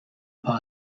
pas